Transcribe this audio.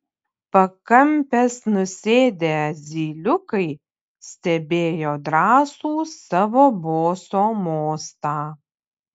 pakampes nusėdę zyliukai stebėjo drąsų savo boso mostą